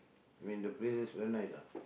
mean the place is very nice ah